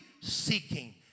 seeking